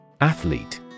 Athlete